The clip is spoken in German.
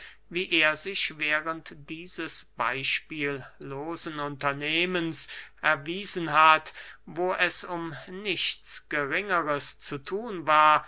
wie er sich während dieses beyspiellosen unternehmens erwiesen hat wo es um nichts geringeres zu thun war